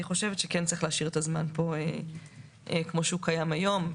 אני חושבת שצריך להשאיר פה את הזמן כפי שקיים היום.